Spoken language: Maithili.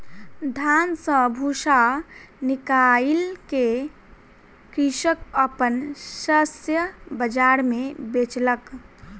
धान सॅ भूस्सा निकाइल के कृषक अपन शस्य बाजार मे बेचलक